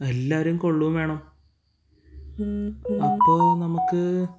എല്ലാവരെയും കൊള്ളുകയും വേണം അപ്പോൾ നമുക്ക്